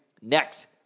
next